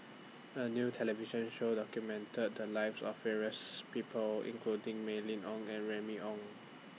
A New television Show documented The Lives of various People including Mylene Ong and Remy Ong